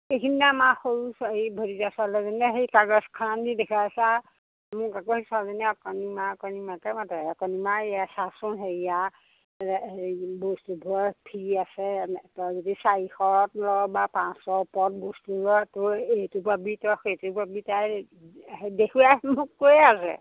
সেইখিনিতে আমাৰ সৰু ছোৱা সেই ভতিজা ছোৱালীজনীয়ে সেই কাগজখন আনি দেখুৱাই আছে মোক আকৌ সেই ছোৱালীজনীয়ে অকণিমা অকণিমাকে মাতে অকণি মা এইয়া চাচোন হেৰিয়াৰ হেৰি বস্তুবোৰত ফ্ৰী আছে তই যদি চাৰিশ ল বা পাঁচশ ওপৰত বস্তু ল তই এইটো পাবি তই সেইটো পাবি তাই দেখুৱাই মোক কৈ আছে